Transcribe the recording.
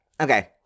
okay